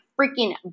freaking